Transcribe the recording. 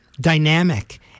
dynamic